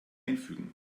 einfügen